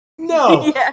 No